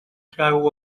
trago